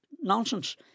Nonsense